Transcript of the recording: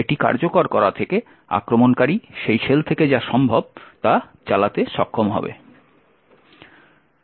এটি কার্যকর করা থেকে আক্রমণকারী সেই শেল থেকে যা সম্ভব তা চালাতে সক্ষম হবে